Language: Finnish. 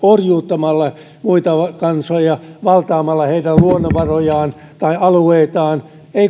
orjuuttamalla muita kansoja valtaamalla heidän luonnonvarojaan tai alueitaan